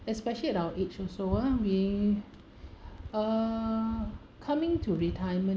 especially at our age also ah we uh coming to retirement